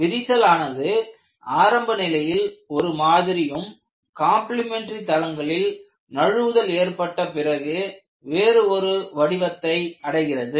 விரிசலானது ஆரம்ப நிலையில் ஒரு மாதிரியும் கம்பிளிமெண்டரி தளங்களில் நழுவுதல் ஏற்பட்ட பிறகு வேறு வடிவத்தை அடைகிறது